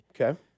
Okay